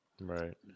right